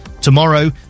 Tomorrow